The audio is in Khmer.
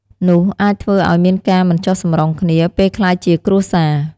នោះអាចធ្វើឲ្យមានការមិនចុះសម្រុងគ្នា ពេលក្លាយជាគ្រួសារ។